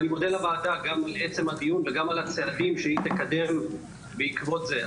אני מודה לוועדה גם על עצם הדיון וגם על הצעדים שהיא תקדם בעקבות זה.